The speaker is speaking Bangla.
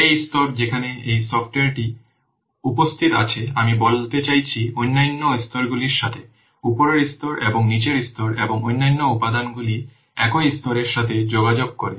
এই স্তর যেখানে এই সফটওয়্যারটি উপস্থিত আছে আমি বলতে চাচ্ছি অন্যান্য স্তরগুলির সাথে উপরের স্তর এবং নীচের স্তর এবং অন্যান্য উপাদানগুলি একই স্তরের সাথে যোগাযোগ করে